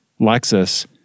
Lexus